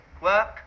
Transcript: work